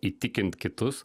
įtikint kitus